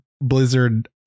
Blizzard